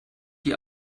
die